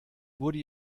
wurde